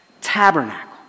Tabernacle